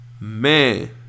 Man